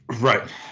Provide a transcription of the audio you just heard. right